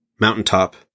mountaintop